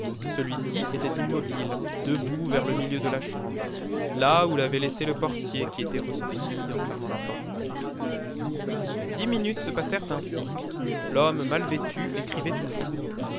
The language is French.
celui-ci était immobile debout vers le milieu de la chambre là où l'avait laissé le portier qui était ressorti en fermant la porte dix minutes se passèrent ainsi l'homme mal vêtu écrivait toujours